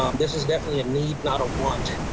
um this is definitely a need, not a want.